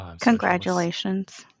Congratulations